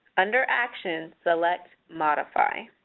under action select modify.